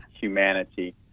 humanity